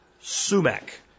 Sumac